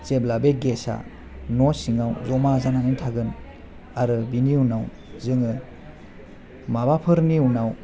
जेब्ला बे गेसा न' सिङाव जमा जानानै थागोन आरो बिनि उनाव जोङो माबाफोरनि उनाव